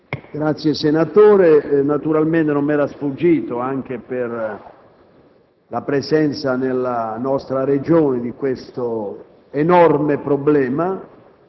intervento. Naturalmente, non mi era sfuggita la presenza nella nostra Regione di questo enorme problema,